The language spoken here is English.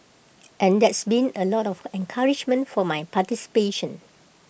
and there's been A lot of encouragement for my participation